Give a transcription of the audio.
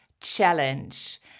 challenge